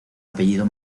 apellido